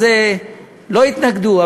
אז לא יתנגדו.